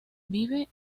vive